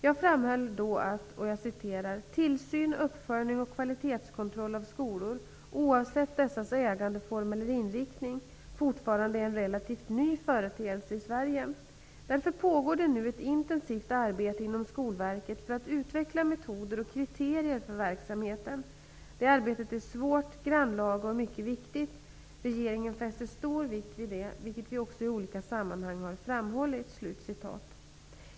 Jag framhöll då att ''tillsyn, uppföljning och kvalitetskontroll av skolor -- oavsett dessas ägandeform eller inriktning -- fortfarande är en relativt ny företeelse i Sverige. Därför pågår det nu ett intensivt arbete inom Skolverket för att utveckla metoder och kriterier för verksamheten. Det arbetet är svårt, grannlaga och mycket viktigt. Regeringen fäster stor vikt vid det, vilket vi också i olika sammanhang har framhållit''.